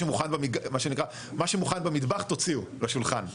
שמוכן במטבח תוציאו לשולחן,